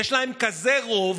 יש להם כזה רוב,